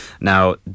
Now